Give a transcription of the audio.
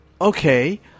okay